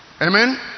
Amen